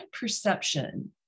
perception